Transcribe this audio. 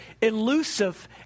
elusive